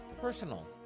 personal